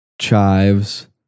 chives